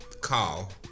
call